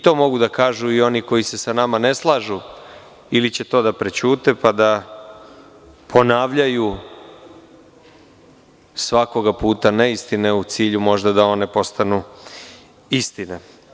To mogu da kažu i oni koji se sa nama ne slažu, ili će to da prećute, pa da ponavljaju svakoga puta neistine, u cilju možda da one postanu istina.